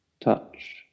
Touch